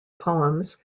poems